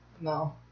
No